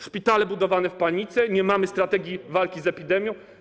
Szpitale budowane w panice, nie mamy strategii walki z epidemią.